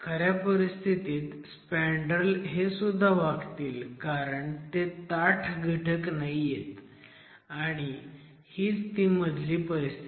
खऱ्या परिस्थितीत स्पॅन्डरेल हे सुद्धा वाकतील कारण ते ताठ घटक नाहीयेत आणि हीच ती मधली परिस्थिती